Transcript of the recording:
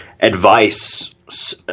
advice